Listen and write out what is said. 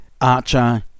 Archer